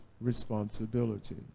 responsibility